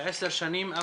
עשר שנים,